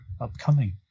upcoming